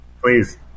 please